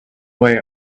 way